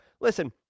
Listen